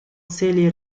целый